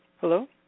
Hello